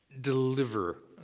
deliver